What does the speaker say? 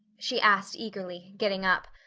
she asked eagerly, getting up.